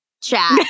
chat